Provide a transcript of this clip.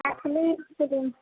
Maithili film